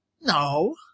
No